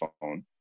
phone